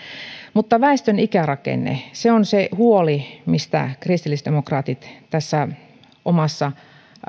mutta väestön ikärakenne on se huoli minkä kristillisdemokraatit tässä omassa